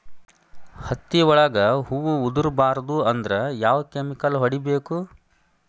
ಹತ್ತಿ ಒಳಗ ಹೂವು ಉದುರ್ ಬಾರದು ಅಂದ್ರ ಯಾವ ಕೆಮಿಕಲ್ ಹೊಡಿಬೇಕು?